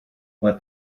let